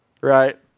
right